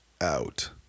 out